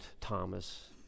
Thomas